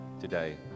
today